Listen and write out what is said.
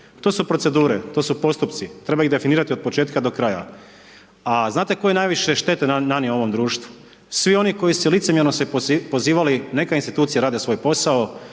To su procedure, to su postupci, treba ih definirati od početka do kraja. A znate tko je najviše štete nanio ovom društvu? Svi oni koje su se licemjerno pozivali neka institucije rade svoj posao,